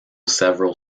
several